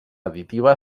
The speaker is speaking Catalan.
additiva